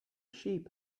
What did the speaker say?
sheep